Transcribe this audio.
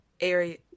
area